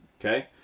okay